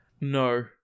No